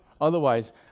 Otherwise